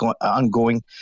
ongoing